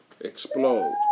explode